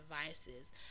devices